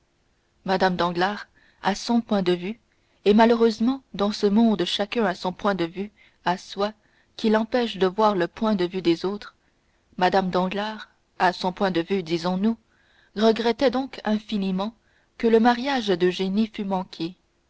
mme danglars à son point de vue et malheureusement dans ce monde chacun a son point de vue à soi qui l'empêche de voir le point de vue des autres mme danglars à son point de vue disons-nous regrettait donc infiniment que le mariage d'eugénie fût manqué